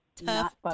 Tough